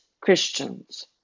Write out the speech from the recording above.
Christians